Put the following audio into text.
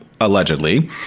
allegedly